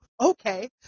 okay